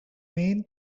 main